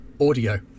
audio